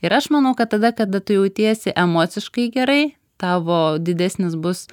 ir aš manau kad tada kada tu jautiesi emociškai gerai tavo didesnis bus